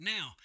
Now